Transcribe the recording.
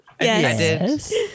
Yes